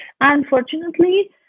Unfortunately